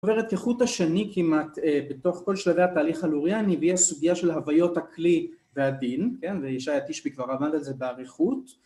עוברת כחוט השני כמעט בתוך כל שלבי התהליך הלוריאני, והיא הסוגייה של הוויות הכלי והדין, כן? וישעיה תשבי כבר למד את זה באריכות